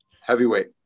heavyweight